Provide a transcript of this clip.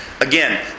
Again